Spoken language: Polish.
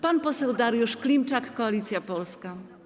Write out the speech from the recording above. Pan poseł Dariusz Klimczak, Koalicja Polska.